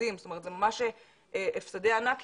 זה ממש הפסדי ענק,